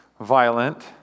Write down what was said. violent